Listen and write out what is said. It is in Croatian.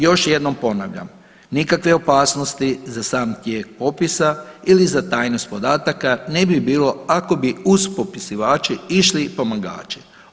Još jednom ponavljam, nikakve opasnosti za sami tijek popisa ili za tajnost podataka ne bi bilo ako bi uz popisivače išli i pomagači.